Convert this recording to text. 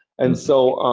and so,